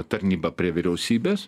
tarnyba prie vyriausybės